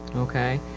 okay.